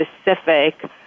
specific